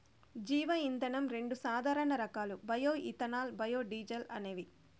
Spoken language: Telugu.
జీవ ఇంధనం రెండు సాధారణ రకాలు బయో ఇథనాల్, బయోడీజల్ అనేవి